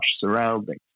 surroundings